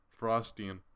Frostian